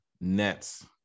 Nets